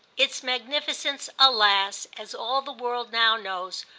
its magnificence, alas, as all the world now knows,